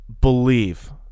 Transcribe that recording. Believe